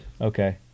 Okay